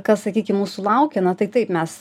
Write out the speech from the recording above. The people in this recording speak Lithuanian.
kas sakykim mūsų laukia na tai taip mes